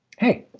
hey,